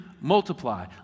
multiply